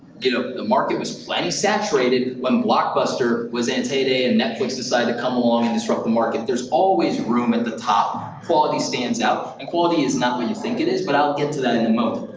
ah the market was plenty saturated when blockbuster was in its heyday and netflix decided to come along and disrupt the market. there's always room at the top. quality stands out, and quality is not what you think it is, but i'll get to that in a moment,